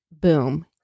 Boom